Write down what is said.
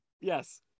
yes